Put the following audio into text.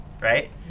Right